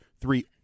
three